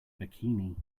bikini